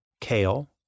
kale